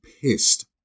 pissed